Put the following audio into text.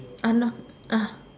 ah not ah